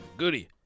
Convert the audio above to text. Goody